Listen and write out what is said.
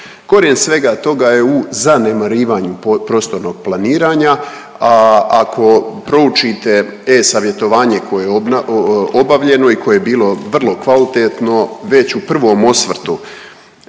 Korijen svega toga je u zanemarivanju prostornog planiranja, a ako pročitate e-Savjetovanje koje je obavljeno i koje je bilo vrlo kvalitetno već u prvom osvrtu